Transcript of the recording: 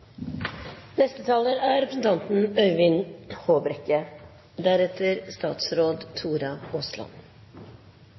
Neste taler er representanten